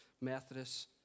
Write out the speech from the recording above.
Methodist